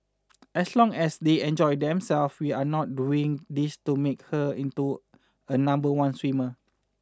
as long as they enjoy themselves we are not doing this to make her into a number one swimmer